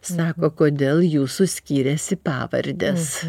sako kodėl jūsų skiriasi pavardės